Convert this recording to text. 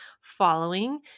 following